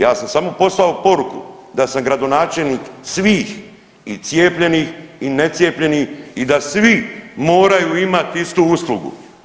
Ja sam samo poslao poruku da sam gradonačelnik svih i cijepljenih i necijepljenih i da svi moraju imati istu uslugu.